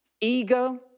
ego